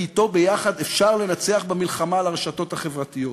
כי אתו ביחד אפשר לנצח במלחמה על הרשתות החברתיות.